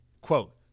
Quote